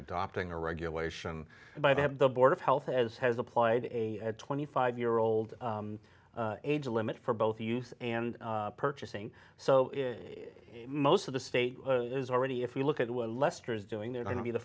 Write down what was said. adopting a regulation by the have the board of health as has applied a twenty five year old age limit for both use and purchasing so most of the state is already if you look at what lester is doing they're going to be the